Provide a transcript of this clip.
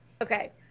Okay